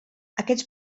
aquests